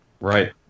right